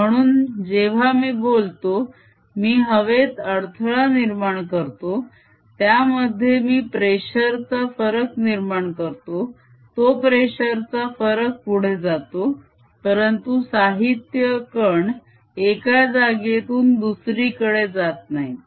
म्हणून जेव्हा मी बोलतो मी हवेत अडथळा निर्माण करतो त्यामध्ये मी प्रेशर चा फरक निर्माण करतो तो प्रेशर चा फरक पुढे जातो परंतु साहित्य कण एका जागेतून दुसरीकडे जात नाहीत